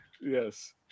Yes